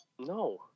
No